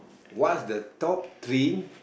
what's the top three